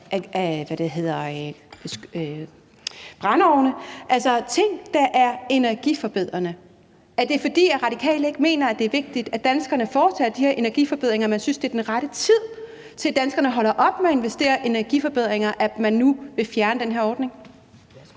af brændeovne – altså ting, der er energiforbedrende. Er det, fordi Radikale ikke mener, at det er vigtigt, at danskerne foretager de her energiforbedringer, og fordi man synes, det er den rette tid til, at danskerne holder op med at investere i energiforbedringer, at man nu vil fjerne den her ordning?